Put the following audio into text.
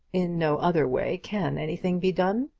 in no other way can anything be done.